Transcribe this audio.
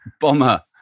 bomber